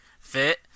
fit